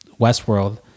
Westworld